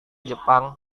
jepang